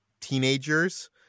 teenagers